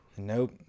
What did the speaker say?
Nope